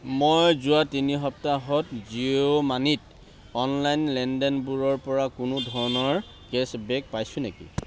মই যোৱা তিনি সপ্তাহত জিঅ' মানিত অনলাইন লেনদেনবোৰৰপৰা কোনো ধৰণৰ কেশ্ববেক পাইছোঁ নেকি